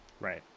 right